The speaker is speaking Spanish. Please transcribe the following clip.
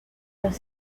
los